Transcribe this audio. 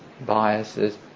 biases